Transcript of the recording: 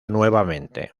nuevamente